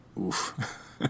Oof